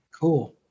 Cool